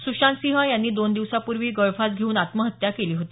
सुशांतसिंह यांनी दोन दिवसांपूवी गळफास घेऊन आत्महत्या केली होती